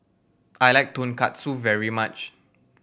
I like Tonkatsu very much